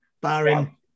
Barring